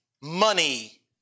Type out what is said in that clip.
money